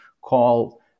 call